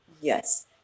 Yes